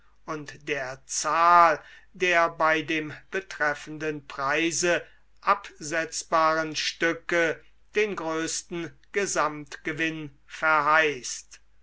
und der zahl der bei dem betreffenden preise absetzbaren stücke den größten gesamtgewinn verheißt